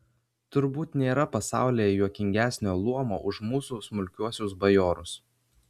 turbūt nėra pasaulyje juokingesnio luomo už mūsų smulkiuosius bajorus